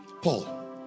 Paul